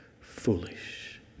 foolish